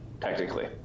technically